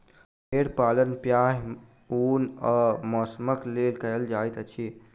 भेड़ पालन प्रायः ऊन आ मौंसक लेल कयल जाइत अछि